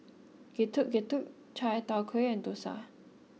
Getuk Getuk Chai Tow Kuay and Dosa